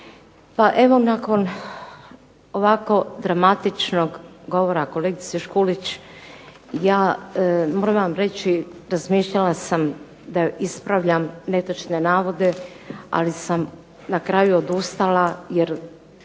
Pa evo nakon ovako dramatičnog govora kolegice Škulić ja moram vam reći razmišljala sam da joj ispravljam netočne navode, ali sam na kraju odustala jer